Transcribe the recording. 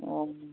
অঁ